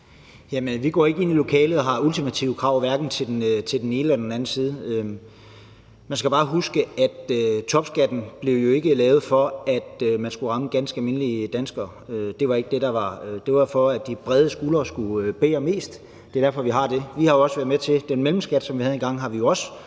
vi går ikke ind i lokalet og har ultimative krav hverken til den ene eller til den anden side. Man skal bare huske, at topskatten jo ikke blev lavet, for at man skulle ramme ganske almindelige danskere. Det var for, at de brede skuldre skulle bære mest. Det er derfor, vi har det. Vi har jo også været med til at fjerne den mellemskat, som vi havde engang, fordi der